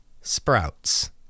sprouts